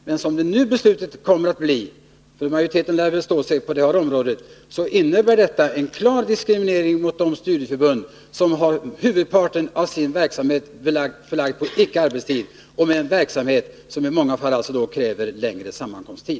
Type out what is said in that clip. Men som beslutet nu kommer att bli — majoriteten lär väl stå fast på det här området — innebär detta en klar diskriminering av de studieförbund som har huvudparten av sin verksamhet förlagd till ickearbetstid och som har en verksamhet som i många fall kräver längre sammankomsttid.